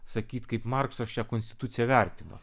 sakyt kaip marksas šią konstituciją vertino